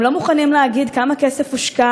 הם לא מוכנים להגיד כמה כסף הושקע